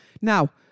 Now